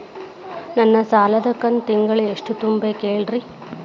ನನ್ನ ಸಾಲದ ಕಂತು ತಿಂಗಳ ಎಷ್ಟ ತುಂಬಬೇಕು ಹೇಳ್ರಿ?